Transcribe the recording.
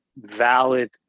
valid